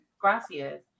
Gracias